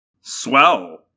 Swell